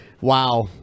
Wow